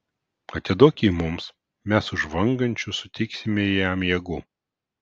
atiduok jį mums mes už žvangančius suteiksime jam jėgų